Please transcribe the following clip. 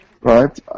right